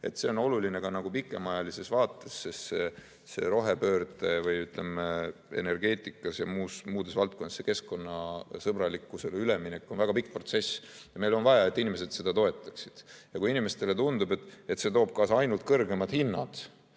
See on oluline ka pikemaajalises vaates, sest rohepööre või, ütleme, energeetikas ja muudes valdkondades keskkonnasõbralikkusele üleminek on väga pikk protsess ja meil on vaja, et inimesed seda toetaksid. Kui inimestele tundub, et see toob kaasa ainult kõrgemad hinnad,